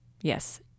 Yes